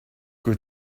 que